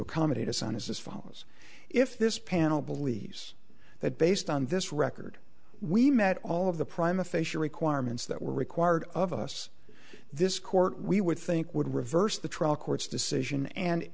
accommodate us on is as follows if this panel believes that based on this record we met all of the prime official requirements that were required of us this court we would think would reverse the trial court's decision and